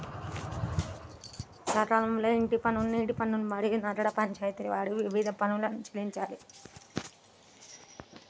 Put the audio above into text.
సకాలంలో ఇంటి పన్ను, నీటి పన్ను, మరియు నగర పంచాయితి వారి వివిధ పన్నులను చెల్లించాలి